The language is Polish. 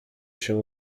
się